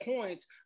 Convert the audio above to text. points